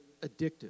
addictive